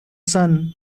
sun